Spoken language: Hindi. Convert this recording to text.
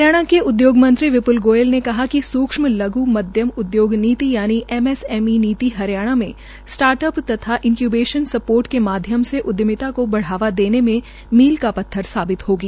हरियाणा के उठ्व्योग मंत्री विपुल गोयल ने कहा है कि सूक्षम लघु मध्यम नीति यानि M S S E Haryana में स्टार्टअप तथा इन्ब्रेकेशन सपोर्ट के माध्यम से उदयमिता को बढ़ावा देने में मील का पत्थर साबित होगी